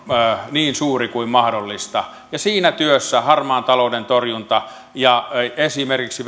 niin suuri kuin mahdollista siinä työssä harmaan talouden torjunta ja esimerkiksi